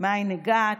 מאין הגעת,